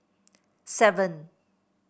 seven